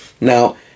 now